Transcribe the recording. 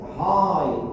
high